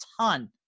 ton